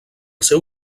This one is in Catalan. seu